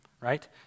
Right